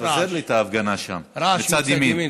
פזר לי את ההפגנה שם, בצד ימין.